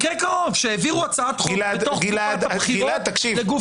מקרה קרוב שהעבירו הצעת חוק בתוך תקופת הבחירות לגוף אחר.